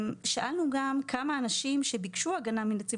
שאלנו גם כמה אנשים שביקשו הגנה מנציב